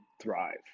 thrive